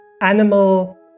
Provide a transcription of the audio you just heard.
animal